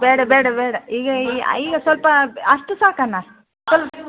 ಬೇಡ ಬೇಡ ಬೇಡ ಈಗ ಈಗ ಸ್ವಲ್ಪ ಬ ಅಷ್ಟು ಸಾಕಣ್ಣ ಸ್ವಲ್ಪ